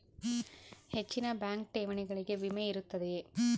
ಹೆಚ್ಚಿನ ಬ್ಯಾಂಕ್ ಠೇವಣಿಗಳಿಗೆ ವಿಮೆ ಇರುತ್ತದೆಯೆ?